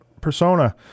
persona